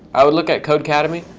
i would look at codecademy.